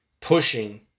pushing